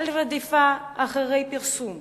על הרדיפה אחרי הפרסום